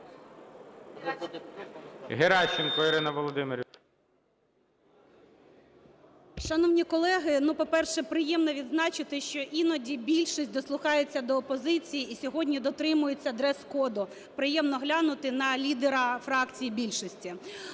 Геращенко Ірина Володимирівна. 10:56:46 ГЕРАЩЕНКО І.В. Шановні колеги, по-перше, приємно відзначити, що іноді більшість дослухається до опозиції і сьогодні дотримується дрес-коду, приємно глянути на лідера фракції більшості.